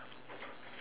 an event